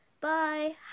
Bye